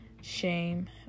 shame